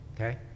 Okay